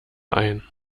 ein